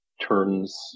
turns